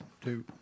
two